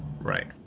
Right